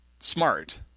smart